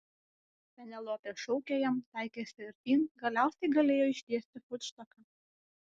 penelopė šaukė jam taikėsi artyn galiausiai galėjo ištiesti futštoką